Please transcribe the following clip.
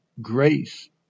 grace